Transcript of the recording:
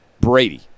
Brady